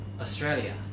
Australia